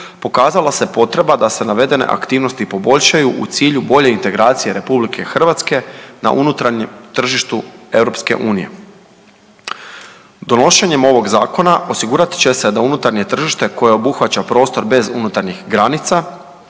pokazala se potreba da se navedene aktivnosti poboljšaju u cilju bolje integracije RH na unutarnjem tržištu EU. Donošenjem ovog zakona osigurat će se da unutarnje tržište koje obuhvaća prostor bez unutarnjih granica